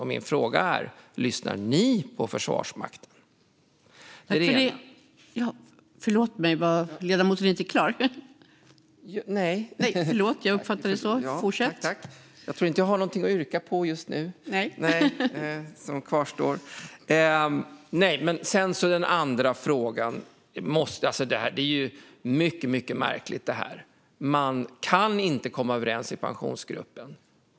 Min fråga, Mats Persson, är: Lyssnar ni på Försvarsmakten? När det gäller den andra frågan är det mycket märkligt. Man kan inte komma överens i Pensionsgruppen.